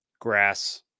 grass